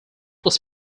was